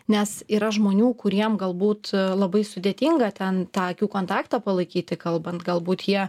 nes yra žmonių kuriem galbūt labai sudėtinga ten tą akių kontaktą palaikyti kalbant galbūt jie